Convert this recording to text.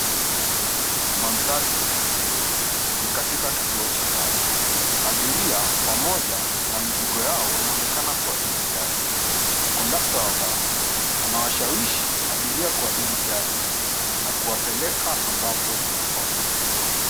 Mandhari ya usafiri. Ni katika kituo cha basi. Abiria pamoja na mizigo yao wanaonekana kuabiri gari. Kondakta wa basi anawashawishi abiria kuabiri gari na kuwapeleka ambapo wanapaswa kuwa.